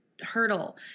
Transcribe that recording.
hurdle